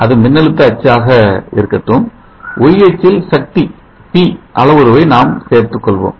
அது மின்னழுத்த அச்சாக இருக்கட்டும் Y அச்சில் சக்தி P அளவுருவை நாம் சேர்த்துக் கொள்வோம்